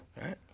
Right